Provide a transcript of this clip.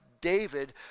David